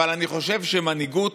אבל אני חושב שבמנהיגות